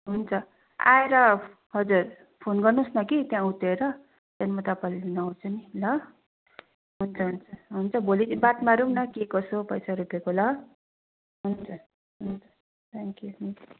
हुन्छ आएर हजुर फोन गर्नुहोस् न कि त्यहाँ उत्रिएर त्यहाँदेखि म तपाईँलाई लिनु आउँछु नि ल हुन्छ हुन्छ हुन्छ भोलि बात मारौँ न के कसो पैसा रुपियाँको ल हुन्छ हुन्छ थ्याङ्कयु हुन्छ